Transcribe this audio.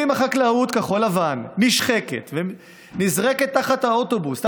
אם החקלאות כחול-לבן נשחקת ונזרקת תחת האוטובוס,